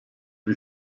wie